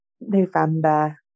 November